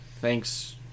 thanks